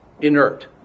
inert